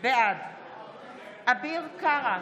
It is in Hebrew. בעד אביר קארה,